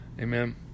Amen